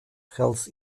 health